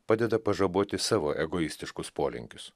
padeda pažaboti savo egoistiškus polinkius